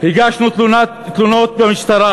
הגשנו תלונות במשטרה.